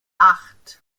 acht